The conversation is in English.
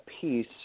piece